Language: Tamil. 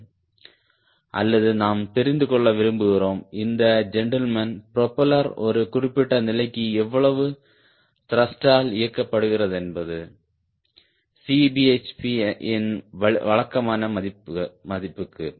அல்லது நாம் தெரிந்து கொள்ள விரும்புகிறோம் இந்த ஜென்டில்மேன் ப்ரொபல்லர் ஒரு குறிப்பிட்ட நிலைக்கு எவ்வளவு த்ருஷ்டால் இயக்கப்படுகிறது என்பது Cbhp இன் வழக்கமான மதிப்புக்கு